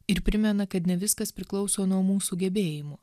ir primena kad ne viskas priklauso nuo mūsų gebėjimų